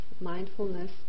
mindfulness